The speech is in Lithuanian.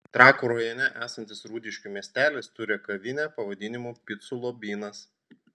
trakų rajone esantis rūdiškių miestelis turi kavinę pavadinimu picų lobynas